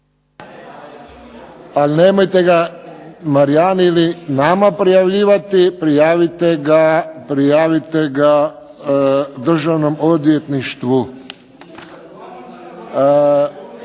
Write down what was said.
Nemojte ga Marijani ili nama prijavljivati, prijavite ga Državnom odvjetništvu.